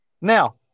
now